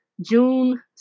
June